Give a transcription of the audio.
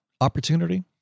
opportunity